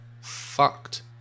fucked